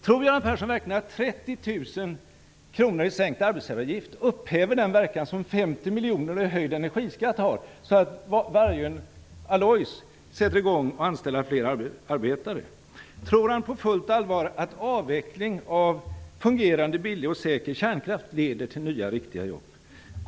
Tror Göran Persson verkligen att 30 000 kr i sänkt arbetsgivaravgift upphäver den verkan som 50 miljoner kronor i höjd energiskatt har, så att Vargön Alloys sätter i gång att anställa fler arbetare? Tror han på fullt allvar att avveckling av fungerande billig och säker kärnkraft leder till nya riktiga jobb?